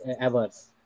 averse